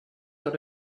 got